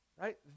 right